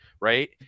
right